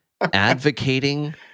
advocating